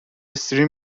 استریم